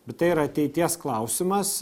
bet tai yra ateities klausimas